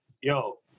Yo